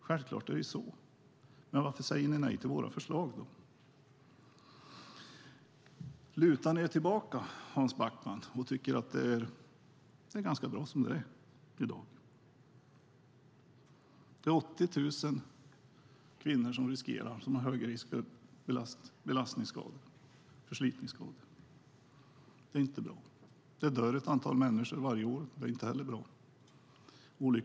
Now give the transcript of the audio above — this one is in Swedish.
Självklart är det så, men varför säger ni nej till våra förslag? Lutar ni er tillbaka, Hans Backman, och tycker att det är bra som det är i dag? För 80 000 kvinnor råder hög risk för belastnings och förslitningsskador. Det är inte bra. Det dör ett antal människor varje år. Det är inte heller bra.